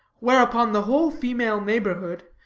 whereupon the whole female neighborhood,